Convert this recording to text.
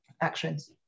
actions